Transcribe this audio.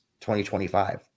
2025